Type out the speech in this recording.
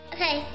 Okay